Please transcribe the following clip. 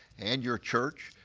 and your church,